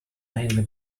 mainly